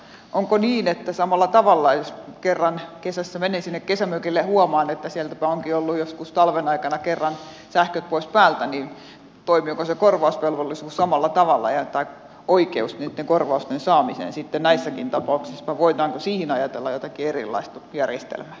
onko niin että jos kerran kesässä menen sinne kesämökille ja huomaan että sieltäpä onkin ollut joskus talven aikana kerran sähköt pois päältä niin toimiiko se korvausvelvollisuus samalla tavalla tai oikeus niitten korvausten saamiseen sitten näissäkin tapauksissa vai voidaanko siihen ajatella jotakin erilaista järjestelmää